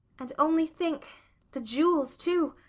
and only think the jewels, too!